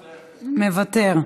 מוותר.